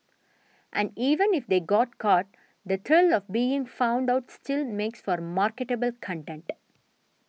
and even if they got caught the thrill of being found out still makes for marketable content